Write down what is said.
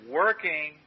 working